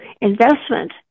investment